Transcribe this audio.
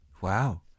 Wow